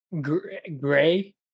Gray